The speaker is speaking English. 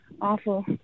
Awful